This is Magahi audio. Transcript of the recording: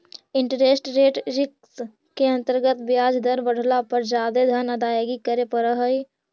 इंटरेस्ट रेट रिस्क के अंतर्गत ब्याज दर बढ़ला पर जादे धन अदायगी करे पड़ऽ हई